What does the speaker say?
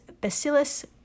Bacillus